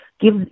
Give